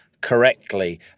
correctly